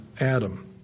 Adam